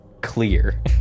clear